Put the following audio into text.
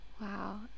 Wow